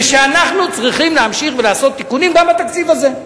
ושאנחנו צריכים להמשיך ולעשות תיקונים גם בתקציב הזה,